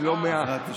אם לא 100. בעזרת השם.